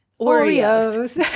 Oreos